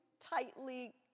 tightly